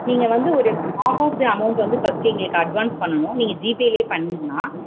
நீங்கள் வந்து ஒரு ஆஃப் ஆஃப் த அமௌண்ட் வந்து ஃபஸ்ட் எங்களுக்கு அட்வான்ஸ் பண்ணணும் நீங்கள் ஜிபேலேயே பண்ணிடலாம்